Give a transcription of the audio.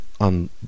on